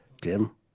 Tim